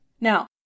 Now